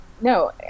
No